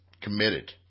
committed